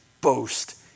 boast